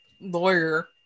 lawyer